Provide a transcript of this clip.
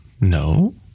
No